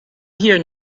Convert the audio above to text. here